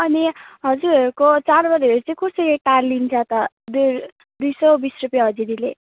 अनि हजुरहरूको चाडबाडहरू चाहिँ कसरी टारिन्छ त दुई दुई सौ बिस रुपियाँ हाजिरीले